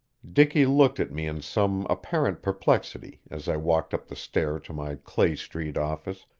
dicky looked at me in some apparent perplexity as i walked up the stair to my clay street office,